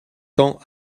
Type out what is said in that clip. tend